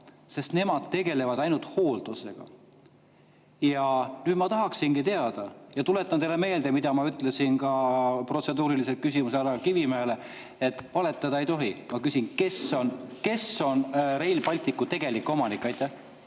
sest nemad tegelevad ainult hooldusega. Ja nüüd ma tahaksingi teada – ja tuletan teile meelde, mida ma ütlesin ka protseduurilise küsimuse ajal Kivimäele, et valetada ei tohi –, kes on Rail Balticu tegelik omanik. Aitäh!